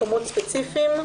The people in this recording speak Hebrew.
מקומות ספציפיים,